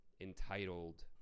entitled